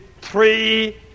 three